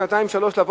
שנתיים או שלוש שנים,